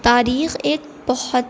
تاریخ ایک بہت